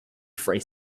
free